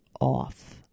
off